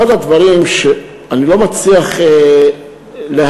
אחד הדברים שאני לא מצליח להבין,